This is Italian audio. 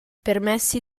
permessi